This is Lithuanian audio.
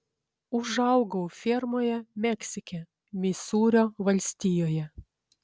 užaugau fermoje meksike misūrio valstijoje